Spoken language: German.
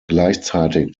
gleichzeitig